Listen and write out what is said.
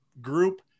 group